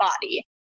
body